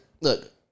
Look